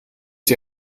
die